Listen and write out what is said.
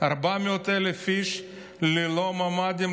400,000 איש ללא ממ"דים,